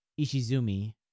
Ishizumi